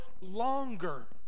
longer